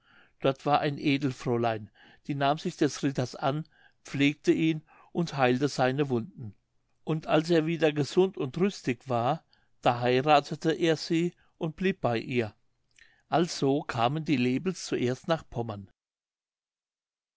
dort war ein edelfräulein die nahm sich des ritters an pflegte ihn und heilte seine wunden und als er wieder gesund und rüstig war da heirathete er sie und blieb bei ihr also kamen die lepels zuerst nach pommern